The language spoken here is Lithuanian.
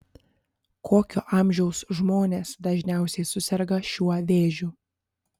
kokio amžiaus žmonės dažniausiai suserga šiuo vėžiu